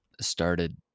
started